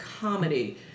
comedy